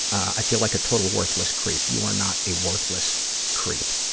i feel like a total worthless creep. you are not a worthless creep.